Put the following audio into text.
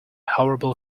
horrible